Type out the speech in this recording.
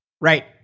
Right